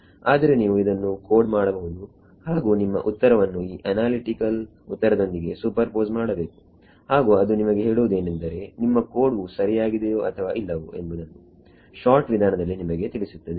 ಆದರೆ ನೀವು ಇದನ್ನು ಕೋಡ್ ಮಾಡಬಹುದು ಹಾಗು ನಿಮ್ಮ ಉತ್ತರವನ್ನು ಈ ಅನಾಲಿಟಿಕಲ್ ಉತ್ತರದೊಂದಿಗೆ ಸೂಪರ್ ಪೋಸ್ ಮಾಡಬೇಕು ಹಾಗು ಅದು ನಿಮಗೆ ಹೇಳುವುದು ಏನೆಂದರೆ ನಿಮ್ಮ ಕೋಡ್ ವು ಸರಿಯಾಗಿದೆಯೋ ಅಥವಾ ಇಲ್ಲವೋ ಎಂಬುದನ್ನು ಶಾರ್ಟ್ ವಿಧಾನದಲ್ಲಿ ನಿಮಗೆ ತಿಳಿಸುತ್ತದೆ